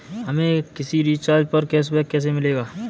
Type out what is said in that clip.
हमें किसी रिचार्ज पर कैशबैक कैसे मिलेगा?